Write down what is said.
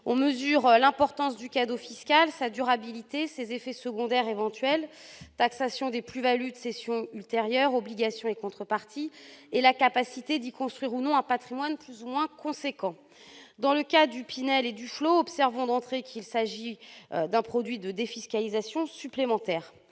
On mesure l'importance du « cadeau fiscal », sa durabilité, ses effets secondaires éventuels- taxation des plus-values de cession ultérieures, obligations et contreparties -et la capacité d'y construire ou non un patrimoine plus ou moins important. Dans le cas du dispositif Pinel-Duflot, observons d'entrée qu'il s'agit d'un produit de défiscalisation supplémentaire.